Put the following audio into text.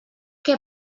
què